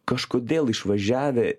kažkodėl išvažiavę